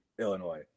Illinois